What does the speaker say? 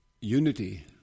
Unity